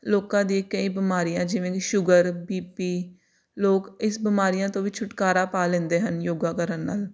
ਲੋਕਾਂ ਦੀ ਕਈ ਬਿਮਾਰੀਆਂ ਜਿਵੇਂ ਕਿ ਸ਼ੂਗਰ ਬੀ ਪੀ ਲੋਕ ਇਸ ਬਿਮਾਰੀਆਂ ਤੋਂ ਵੀ ਛੁਟਕਾਰਾ ਪਾ ਲੈਂਦੇ ਹਨ ਯੋਗਾ ਕਰਨ ਨਾਲ